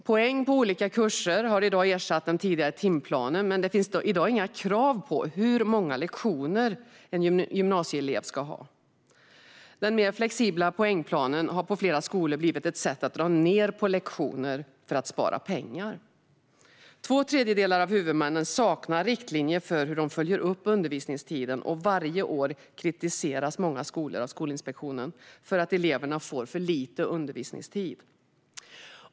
Poäng på olika kurser har i dag ersatt den tidigare timplanen, men det finns i dag inga krav på hur många lektioner en gymnasieelev ska ha. Den mer flexibla poängplanen har på flera skolor blivit ett sätt att dra ned på lektioner för att spara pengar. Två tredjedelar av huvudmännen saknar riktlinjer för hur de följer upp undervisningstiden, och varje år kritiseras många skolor av Skolinspektionen för att eleverna får för lite undervisningstid.